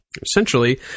essentially